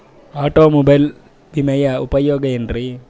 Automobile ವಿಮೆಯ ಉಪಯೋಗ ಏನ್ರೀ?